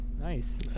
Nice